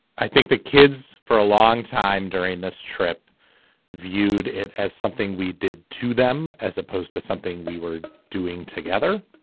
i think the kids for a long time during this trip viewed it as something we did to them as opposed to something we were doing together.